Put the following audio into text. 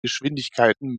geschwindigkeiten